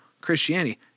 Christianity